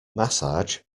massage